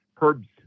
Herb's